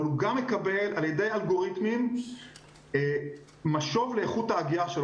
אבל הוא גם מקבל על-ידי אלגוריתמים משוב לאיכות ההגייה שלו.